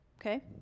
okay